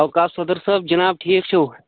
اوقاف صٔدر صٲب جناب ٹھیٖک چھِو